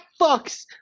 fucks